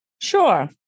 Sure